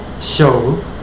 show